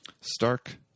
Stark